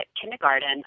kindergarten